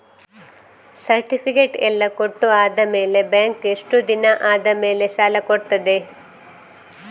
Certificate ಎಲ್ಲಾ ಕೊಟ್ಟು ಆದಮೇಲೆ ಬ್ಯಾಂಕ್ ಎಷ್ಟು ದಿನ ಆದಮೇಲೆ ಸಾಲ ಕೊಡ್ತದೆ?